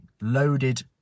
loaded